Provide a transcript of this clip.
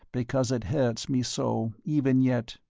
because it hurts me so, even yet.